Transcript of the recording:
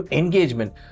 engagement